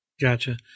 Gotcha